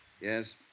Yes